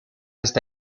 esta